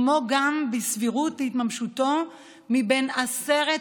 כמו גם בסבירות התממשותו מבין עשרת